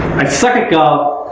i suck at golf,